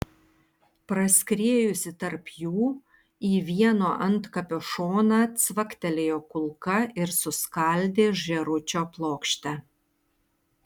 praskriejusi tarp jų į vieno antkapio šoną cvaktelėjo kulka ir suskaldė žėručio plokštę